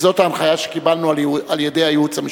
וזאת ההנחיה שקיבלנו על-ידי הייעוץ המשפטי.